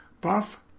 buff